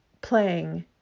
playing